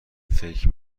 فکر